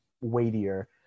weightier